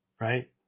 right